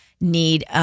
need